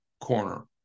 corner